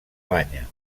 banya